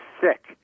sick